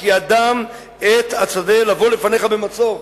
"כי האדם עץ השדה לבא לפניך במצור."